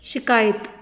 ਸ਼ਿਕਾਇਤ